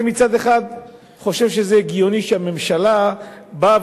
מצד אחד אני חושב שזה הגיוני שהממשלה באה